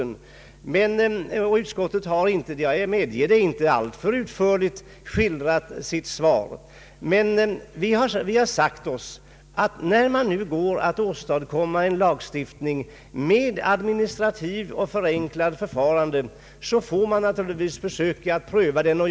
Jag medger att utskottet här inte varit alltför utförligt, men vi har sagt att man bör pröva den lagstiftning med administrativt förenklat förfarande som vi nu går att åstadkomma.